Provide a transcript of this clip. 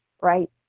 right